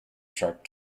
sharp